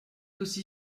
aussi